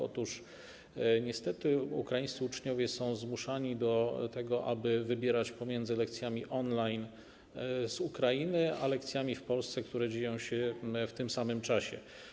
Otóż niestety ukraińscy uczniowie są zmuszani do tego, aby wybierać pomiędzy lekcjami online z Ukrainy a lekcjami w Polsce, które dzieją się w tym samym czasie.